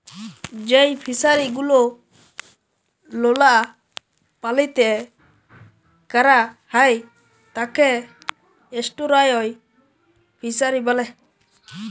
যেই ফিশারি গুলো লোলা পালিতে ক্যরা হ্যয় তাকে এস্টুয়ারই ফিসারী ব্যলে